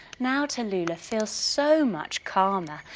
now tallulah feels so much calmer.